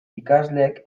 ikasleek